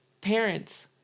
parents